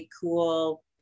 cool